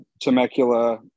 Temecula